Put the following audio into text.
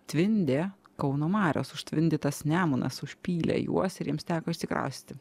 tvindė kauno marios užtvindytas nemunas užpylė juos ir jiems teko išsikraustyti